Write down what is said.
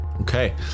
Okay